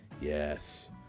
yes